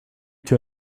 two